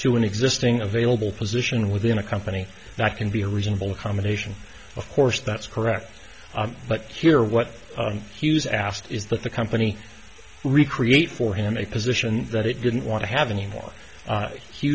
to an existing available position within a company that can be a reasonable accommodation of course that's correct but here what he was asked is that the company recreate for him a position that it didn't want to have anymore